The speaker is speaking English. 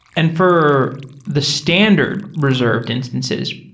and for the standard reserved instances,